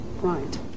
right